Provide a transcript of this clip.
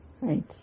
Right